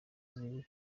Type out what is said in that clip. ziri